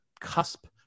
cusp